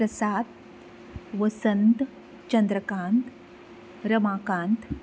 Prasad Vasant Chandrakant Ramakant